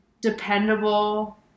dependable